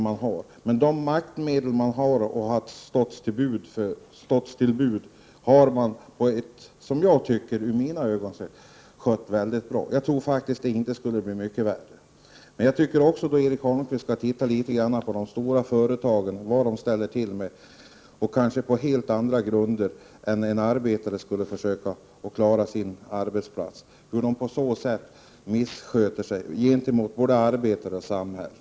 Men de maktmedel som har stått till buds har man skött på ett som jag tycker mycket bra sätt. Jag tror faktiskt inte att det skulle bli mycket värre. Men jag tycker också att Erik Holmkvist skall titta litet på vad de stora företagen ställer till med, kanske på helt andra grunder än en arbetare skulle ha för att försöka klara sin arbetsplats, och hur de missköter sig gentemot både arbetare och samhälle.